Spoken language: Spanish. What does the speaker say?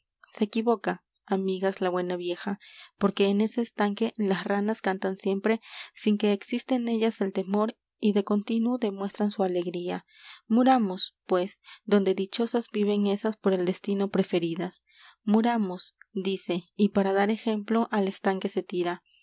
se equivoca amigas la buena vieja porque en ese estanque las ranas cantan siempre sin que exista en ellas el temor y de continuo demuestran su alegría muramos pues donde dichosas viven esas por el destino preferidas muramos dice y para dar ejemplo al estanque se tira